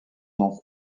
nom